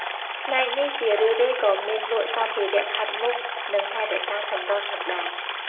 ផ្នែកនេះជារឿយៗក៏មានលក់សម្ភារៈផាត់មុខ និងថែរក្សាសម្រស់ផងដែរ។